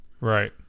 right